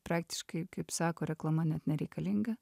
praktiškai kaip sako reklama net nereikalinga